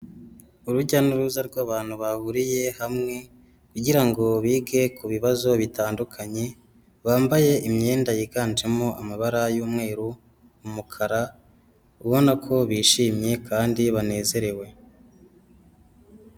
Urujya n'uruza rw'abantu bahuriye hamwe kugira ngo bige ku bibazo bitandukanye, bambaye imyenda yiganjemo amabara y'umweru, umukara ubona ko bishimye kandi banezerewe.